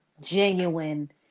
genuine